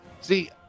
See